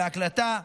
בהקלטה?